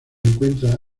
encuentra